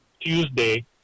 Tuesday